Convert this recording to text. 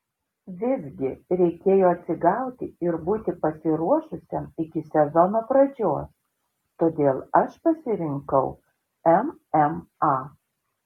visgi reikėjo atsigauti ir būti pasiruošusiam iki sezono pradžios todėl aš pasirinkau mma